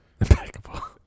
impeccable